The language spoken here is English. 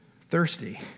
Thirsty